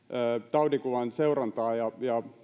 taudinkuvan seurantaa ja